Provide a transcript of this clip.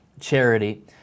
charity